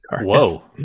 Whoa